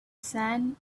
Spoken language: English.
sand